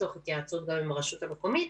תוך התייעצות גם עם הרשות המקומית,